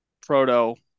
proto